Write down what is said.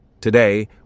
Today